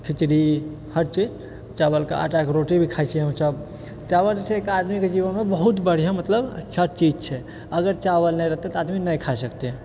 खिचड़ी हर चीज चावलके आटाके रोटी भी खाइ छिऐ चावल जे छै एक आदमीके जीवनमे बहुत बढ़िआँ मतलब अच्छा चीज छै अगर चावल नहि रहतै तऽ आदमी नहि खाइ सकतै